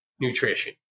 nutrition